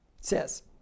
says